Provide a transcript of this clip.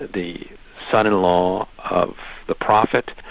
the son-in-law the prophet,